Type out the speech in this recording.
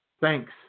thanks